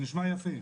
זה נשמע יפה,